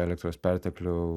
elektros perteklių